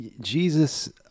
Jesus